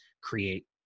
create